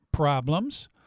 problems